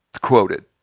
quoted